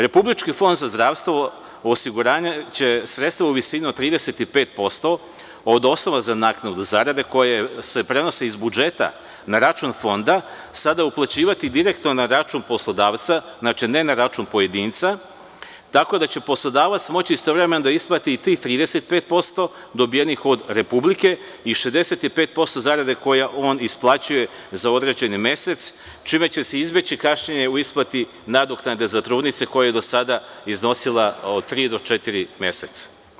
Republički fond za zdravstveno osiguranje će sredstva u visini od 35% od osnova za naknadu zarade koja se prenosi iz budžeta na račun Fonda, sada uplaćivati direktno na račun poslodavca, znači ne na račun pojedinca, tako da će poslodavac moći istovremeno da isplati i tih 35% dobijenih od Republike i 65% zarade koju on isplaćuje za određeni mesec, čime će se izbeći kašnjenje u isplati nadoknade za trudnice koja je do sada iznosila od tri do četiri meseca.